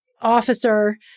officer